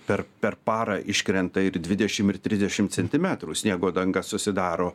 per per parą iškrenta ir dvidešim ir trisdešim centimetrų sniego danga susidaro